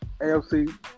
AFC